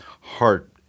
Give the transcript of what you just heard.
heart